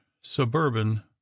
suburban